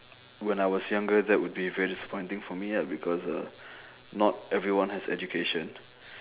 when I was younger that would be very disappointing for me ah because uh not everyone has education